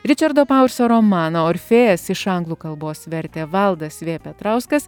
ričardo pauerso romaną orfėjas iš anglų kalbos vertė valdas petrauskas